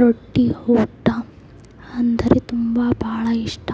ರೊಟ್ಟಿ ಊಟ ಅಂದರೆ ತುಂಬ ಭಾಳ ಇಷ್ಟ